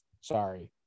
Sorry